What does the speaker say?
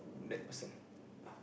that person